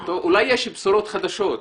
אולי יש לכם בשורות חדשות.